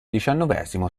diciannovesimo